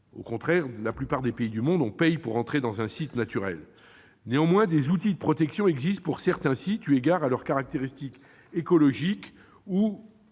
au contraire, dans la plupart des pays, on paie pour entrer dans un site naturel. Cela dit, des outils de protection existent pour certains sites, en raison de leurs caractéristiques écologiques ou